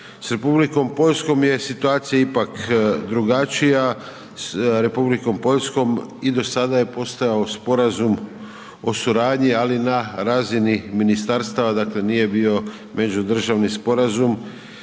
S Republikom Poljskom je situacija ipak drugačija, s Republikom Poljskom i do sada je postojao sporazum o suradnji, ali na razini ministarstava dakle, nije bio međudržavni sporazum